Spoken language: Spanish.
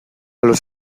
los